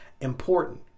important